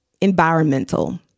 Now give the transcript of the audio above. environmental